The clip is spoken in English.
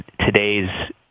today's